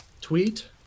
tweet